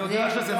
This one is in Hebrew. אני יודע שזה נושא,